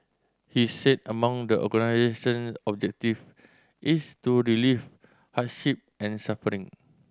he said among the organisation objective is to relieve hardship and suffering